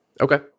okay